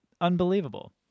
unbelievable